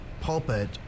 pulpit